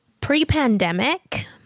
pre-pandemic